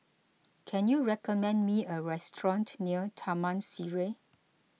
can you recommend me a restaurant near Taman Sireh